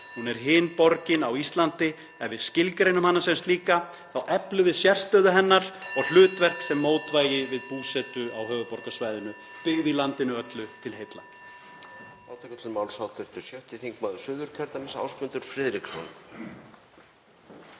Hún er hin borgin á Íslandi. Ef við skilgreinum hana sem slíka þá eflum við sérstöðu hennar og hlutverk sem mótvægi við búsetu á höfuðborgarsvæðinu, byggð í landinu öllu til heilla.